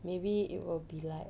maybe it will be like